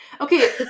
Okay